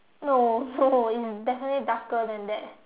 no no it's definitely darker than that